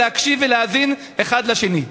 להקשיב ולהאזין אחד לשני.